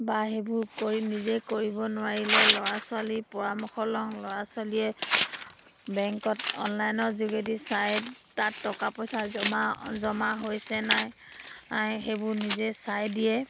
বা সেইবোৰ কৰি নিজে কৰিব নোৱাৰিলে ল'ৰা ছোৱালীৰ পৰামৰ্শ লওঁ ল'ৰা ছোৱালীয়ে বেংকত অনলাইনৰ যোগেদি চাই তাত টকা পইচা জমা জমা হৈছে নাই সেইবোৰ নিজে চাই দিয়ে